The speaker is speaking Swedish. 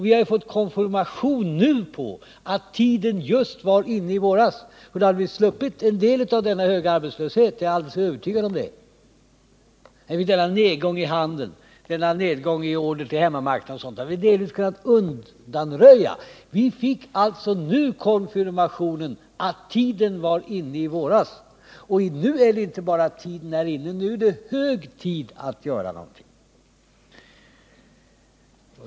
Vi har nu fått konfirmation på att tiden var inne i våras, för då hade vi sluppit en del av denna höga arbetslöshet. Det är jag alldeles övertygad om. Även nedgången i handeln och nedgången i order till hemmamarknaden hade vi delvis kunnat undvika. Nu är inte bara tiden inne, nu är det hög tid att göra något.